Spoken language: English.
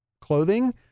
clothing